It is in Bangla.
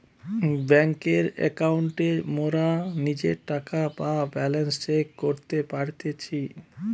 বেংকের একাউন্টে মোরা নিজের টাকা বা ব্যালান্স চেক করতে পারতেছি